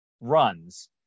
runs